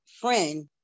friend